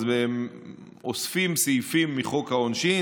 אז הם אוספים סעיפים מחוק העונשין.